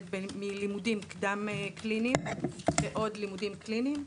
מלימודים קדם-קליניים ועוד לימודים קליניים.